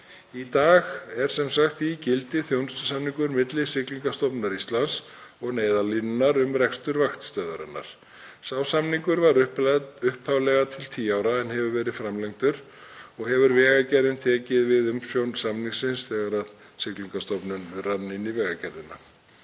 Í dag er sem sagt í gildi þjónustusamningur milli Siglingastofnunar Íslands og Neyðarlínunnar um rekstur vaktstöðvarinnar. Sá samningur var upphaflega til 10 ára en hefur verið framlengdur og hefur Vegagerðin tekið við umsjón samningsins þegar Siglingastofnun rann inn í Vegagerðina.